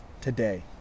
today